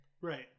right